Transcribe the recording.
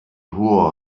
hoher